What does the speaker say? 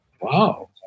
Wow